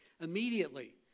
immediately